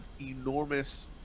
enormous